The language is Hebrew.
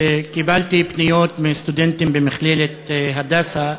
קיבלתי פניות מסטודנטים במכללת "הדסה"